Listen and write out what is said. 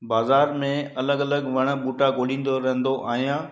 बाज़ार में अलॻि अलॻि वण ॿूटा गोॾींदो रहंदो आहियां